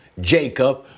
Jacob